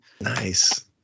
Nice